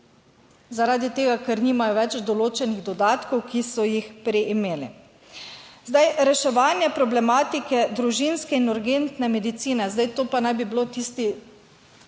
zaradi tega, ker nimajo več določenih dodatkov, ki so jih prej imeli. Reševanje problematike družinske in urgentne medicine, zdaj, to pa naj bi bilo tisti